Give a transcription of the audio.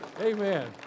amen